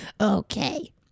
Okay